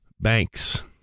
banks